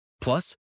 Plus